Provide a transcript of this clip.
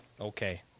Okay